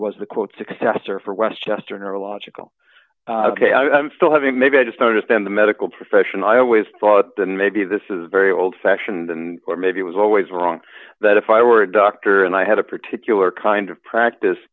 was the quote successor for westchester neurological ok i'm still having maybe i just noticed in the medical profession i always thought that maybe this is very old fashioned and or maybe it was always wrong that if i were a doctor and i had a particular kind of practice